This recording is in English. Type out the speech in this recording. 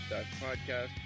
podcast